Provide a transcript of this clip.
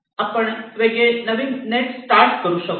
आपण वेगळे नवीन नेट स्टार्ट करू शकतो